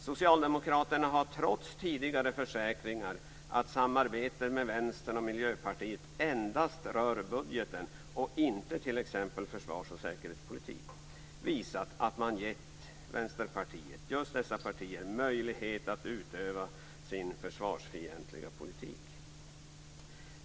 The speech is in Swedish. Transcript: Socialdemokraterna har trots tidigare försäkringar att samarbetet med Vänstern och Miljöpartiet endast rör budgeten och inte t.ex. försvars och säkerhetspolitik visat att man givit just dessa partier möjlighet att utöva sin försvarsfientliga politik.